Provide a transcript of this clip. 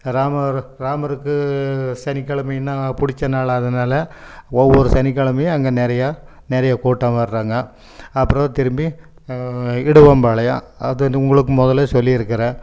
ராமர் ராமருக்கு சனிக்கிழமைனா பிடிச்ச நாள் அதனால ஒவ்வொரு சனிக்கெழமையும் அங்கே நிறையா நிறையா கூட்டம் வர்றாங்க அப்புறம் திரும்பி இடுவம்பாளையம் அது டு உங்களுக்கு முதல்லே சொல்லி இருக்கிறேன்